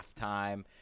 halftime